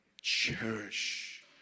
cherish